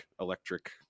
electric